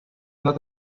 not